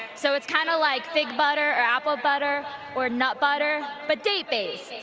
so it's kind of like fig butter or apple butter or nut butter but date-based.